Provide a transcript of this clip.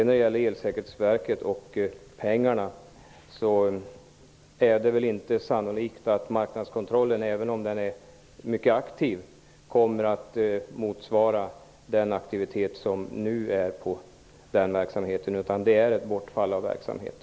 När det gäller Elsäkerhetsverket och pengarna är det inte sannolikt att marknadskontrollen, även om den är mycket aktiv, kommer att motsvara den aktivitet som verksamheten nu har, utan det blir ett bortfall av verksamheten.